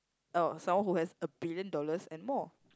oh someone who has a billion dollars and more